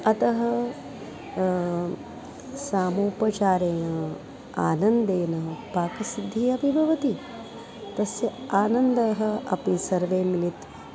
अतः समुपचारेण आनन्देन पाकसिद्धिः अपि भवति तस्य आनन्दः अपि सर्वे मिलित्वा